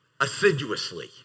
assiduously